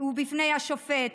ובפני השופט,